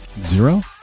Zero